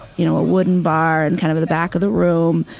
you know, a wooden bar and kind of the back of the room,